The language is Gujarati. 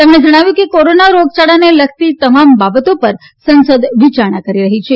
તેમણે જણાવ્યું કે કોરોના રોગયાળાને લગતી તમામ બાબતો પર સંસદ વિચારણા કરી રહી છે